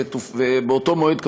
באותו מועד,